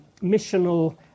missional